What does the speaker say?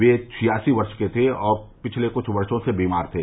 वे छियासी वर्ष के थे और पिछले कुछ वर्षो से बीमार थे